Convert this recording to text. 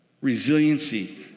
Resiliency